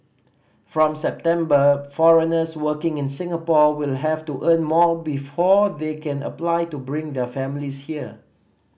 from September foreigners working in Singapore will have to earn more before they can apply to bring their families here